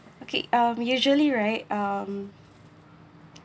okay um usually right um